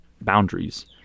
boundaries